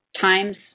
Times